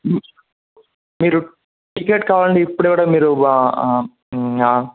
మీరు టికెట్ కావాలంటే ఇప్పుడే కూడా మీరు బా